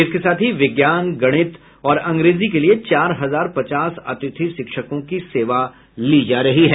इसके साथ ही विज्ञान गणित और अंग्रेजी के लिए चार हजार पचास अतिथि शिक्षकों की सेवा ली जा रही है